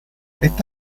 esta